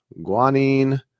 guanine